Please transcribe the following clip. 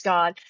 God